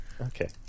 Okay